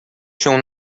się